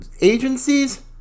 agencies